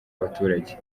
abaturage